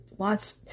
wants